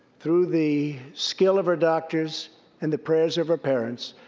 through the skill of her doctors and the prayers of her parents,